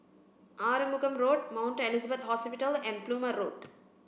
Arumugam Road Mount Elizabeth Hospital and Plumer Road